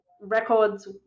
records